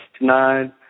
nine